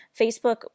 Facebook